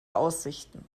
aussichten